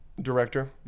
director